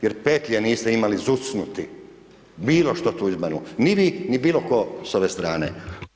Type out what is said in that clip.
Jer petlje niste imali zucnuti bilo što Tuđmanu, ni vi, ni bilo tko s ove strane.